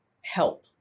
help